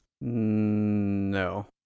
No